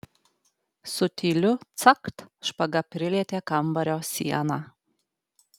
su tyliu cakt špaga prilietė kambario sieną